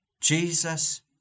Jesus